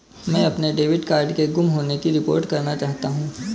मैं अपने debit card के गुम होने की रिपोर्ट करना चाहता हूँ